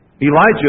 Elijah